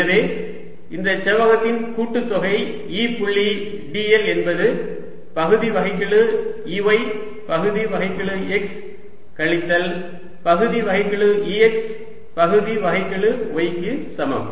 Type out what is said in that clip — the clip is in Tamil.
எனவே இந்த செவ்வகத்தில் கூட்டுத்தொகை E புள்ளி dl என்பது பகுதி வகைக்கெழு Ey பகுதி வகைக்கெழு x கழித்தல் பகுதி வகைக்கெழு Ex பகுதி வகைக்கெழு y க்கு சமம்